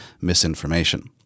misinformation